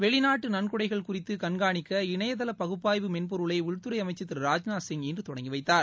வெளிநாட்டு நன்கொடைகள் குறித்து கண்காணிக்க இணையதள பகுப்பாய்வு மென்பொருளை உள்துறை அமைச்சர் திரு ராஜ்நாத் சிங் இன்று தொடங்கிவைத்தார்